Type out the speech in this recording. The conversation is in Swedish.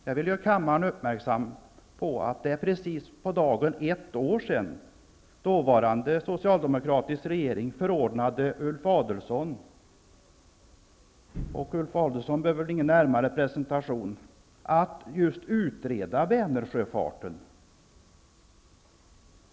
Jag vill göra kammaren uppmärksam på att det är precis på dagen ett år sedan den dåvarande socialdemokratiska regeringen förordnade Ulf Adelsohn -- han behöver väl ingen närmare presentation -- att utreda Vänersjöfarten.